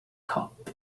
cop